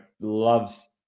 loves